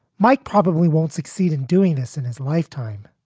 mike probably won't succeed in doing this in his lifetime.